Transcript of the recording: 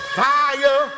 fire